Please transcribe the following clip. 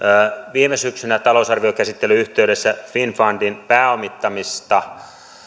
viime syksynä talousarviokäsittelyn yhteydessä finnfundin pääomittamisesta